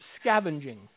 scavenging